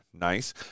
nice